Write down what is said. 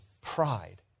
pride